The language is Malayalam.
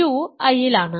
u I യിലാണ്